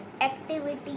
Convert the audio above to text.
activity